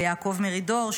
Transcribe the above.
ויעקב מרידור,